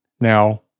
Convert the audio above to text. Now